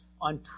on